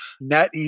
Net